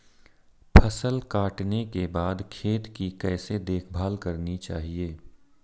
फसल काटने के बाद खेत की कैसे देखभाल करनी चाहिए?